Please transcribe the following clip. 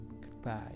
Goodbye